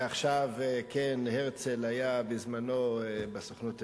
ועכשיו, כן, הרצל היה בזמנו בסוכנות היהודית,